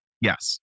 Yes